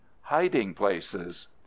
hiding-places